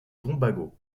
tobago